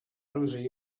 оружие